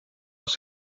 als